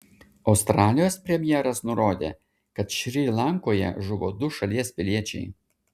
australijos premjeras nurodė kad šri lankoje žuvo du šalies piliečiai